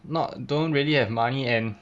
not don't really have money and